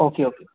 okay okay